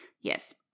Yes